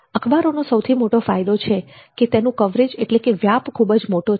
અખબારોનો સૌથી મોટો ફાયદો એ છે કે તેનું કવરેજ એટલે કે વ્યાપ ખૂબ જ મોટો છે